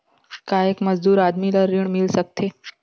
का एक मजदूर आदमी ल ऋण मिल सकथे?